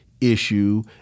issue